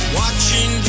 watching